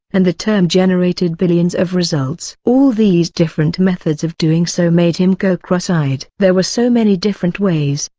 and the term generated billions of results. all these different methods of doing so made him go cross-eyed. there were so many different ways,